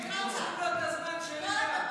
תן לו את הזמן שלי גם.